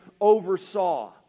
oversaw